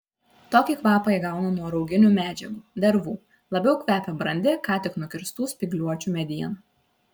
tokį kvapą įgauna nuo rauginių medžiagų dervų labiau kvepia brandi ką tik nukirstų spygliuočių mediena